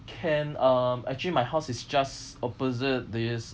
can um actually my house is just opposite this